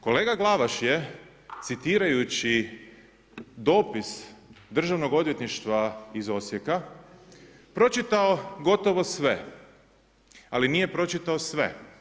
Kolega Glavaš je citirajući dopis Državnog odvjetništva iz Osijeka pročitao gotovo sve, ali nije pročitao sve.